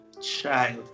child